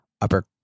upper